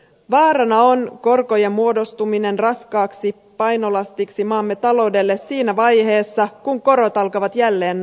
vaarana on korkojen muodostuminen raskaaksi painolastiksi maamme taloudelle siinä vaiheessa kun korot alkavat jälleen nousta